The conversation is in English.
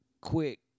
quick